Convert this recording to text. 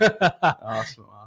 Awesome